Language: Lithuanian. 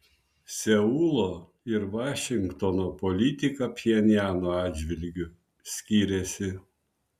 seulo ir vašingtono politika pchenjano atžvilgiu skiriasi